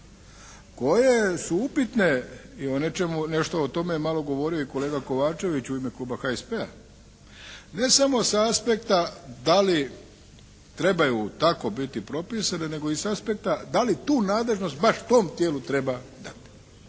koje su upitne i o nečemu, nešto je o tome malo govorio i kolega Kovačević u ime kluba HSP-a. Ne samo sa aspekta da li trebaju tako biti propisani, nego i s aspekta da li tu nadležnost baš tom tijelu treba dati.